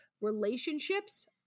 relationships